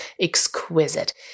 exquisite